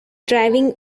driving